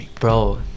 bro